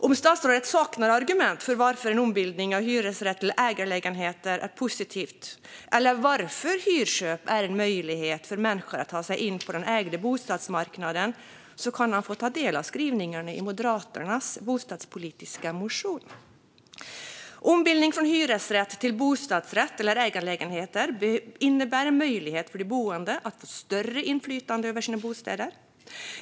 Om statsrådet saknar svar på varför en ombildning av hyresrätter till ägarlägenheter är positivt eller varför hyrköp är en möjlighet för människor att ta sig in på marknaden för ägda bostäder kan han ta del av följande skrivning i Moderaternas bostadspolitiska motion: "Ombildning från hyresrätt till bostadsrätt eller ägarlägenhet innebär en möjlighet för de boende att få större inflytande över sina bostäder.